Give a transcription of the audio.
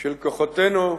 של כוחותינו,